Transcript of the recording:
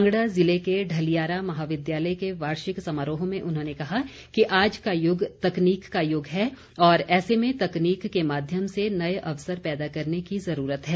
कांगड़ा जिले के ढलियारा महाविद्यालय के वार्षिक समारोह में उन्होंने कहा कि आज का युग तकनीक का युग है और ऐसे में तकनीक के माध्यम से नए अवसर पैदा करने की ज़रूरत है